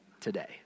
today